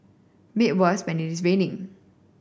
made worse when it is raining